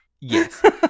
Yes